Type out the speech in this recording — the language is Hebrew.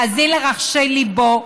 להאזין לרחשי ליבו,